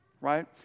right